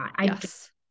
yes